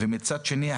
ומצד שני,